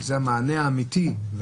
זה המענה האמיתי,